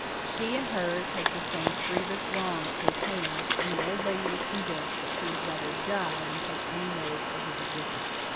she and hers had sustained grievous wrong at his hands, and the old lady was convinced that she would rather die than take any notice of his existence.